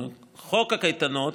חוק הקייטנות,